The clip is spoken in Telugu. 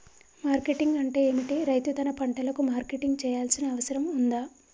మార్కెటింగ్ అంటే ఏమిటి? రైతు తన పంటలకు మార్కెటింగ్ చేయాల్సిన అవసరం ఉందా?